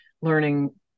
learning